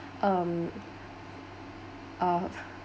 um ah